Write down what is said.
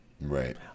right